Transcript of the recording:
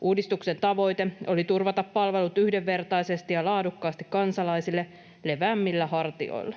Uudistuksen tavoite oli turvata palvelut yhdenvertaisesti ja laadukkaasti kansalaisille leveämmillä hartioilla.